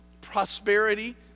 prosperity